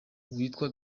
witwa